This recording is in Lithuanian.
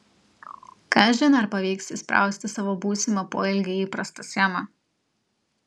kažin ar pavyks įsprausti savo būsimą poelgį į įprastą schemą